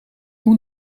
moet